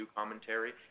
commentary